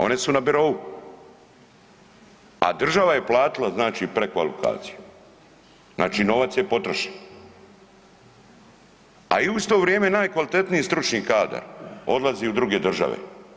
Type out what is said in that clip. One su na birou, a država je platila znači prekvalifikaciju, znači novac je potrošen, a i u isto vrijeme najkvalitetniji stručni kadar odlazi u druge države.